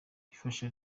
rifasha